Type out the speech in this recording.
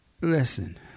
listen